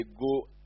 go